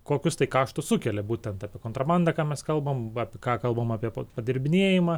kokius tai kaštus sukelia būtent apie kontrabandą ką mes kalbam apie ką kalbam apie padirbinėjimą